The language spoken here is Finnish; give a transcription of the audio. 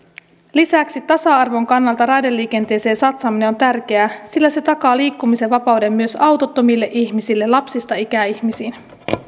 lisäksi tasa arvon kannalta raideliikenteeseen satsaaminen on tärkeää sillä se takaa liikkumisen vapauden myös autottomille ihmisille lapsista ikäihmisiin